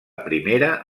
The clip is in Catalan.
primera